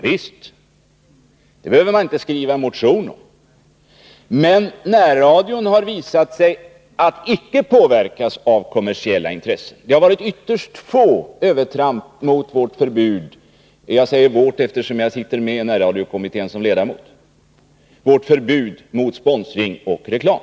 Visst — det behöver man inte skriva en motion om. Det har emellertid visat sig att närradion icke låtit sig påverkas av kommersiella intressen. Det har varit ytterst få övertramp när det gäller vårt förbud — jag säger vårt, eftersom jag sitter med som ledamot i närradiokommittén — mot sponsring och reklam.